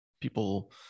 people